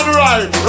right